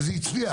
וזה הצליח.